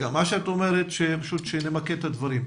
מה שאת אומרת, פשוט שנמקד את הדברים.